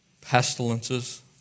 pestilences